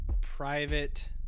private